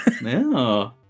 No